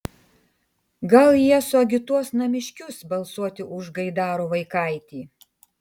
gal jie suagituos namiškius balsuoti už gaidaro vaikaitį